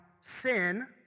sin